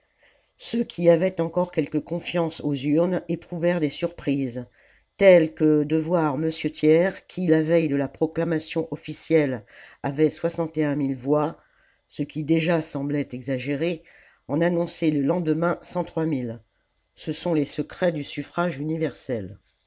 ceux qui avaient encore quelque confiance aux urnes éprouvèrent des surprises telles que de voir m thiers qui la veille de la proclamation officielle avait voix ce qui déjà semblait exagéré en annoncer le lendemain e sont les secrets du suffrage universel